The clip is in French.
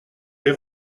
l’ai